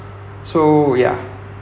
so ya